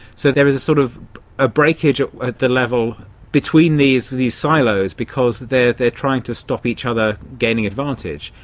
so there is a sort of ah breakage at at the level between these these silos because they are trying to stop each other gaining advantage,